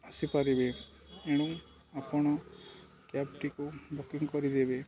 ଆସି ପାରିବେ ଏଣୁ ଆପଣ କ୍ୟାବ୍ଟିକୁ ବୁକିଂ କରିଦେବେ